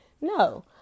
No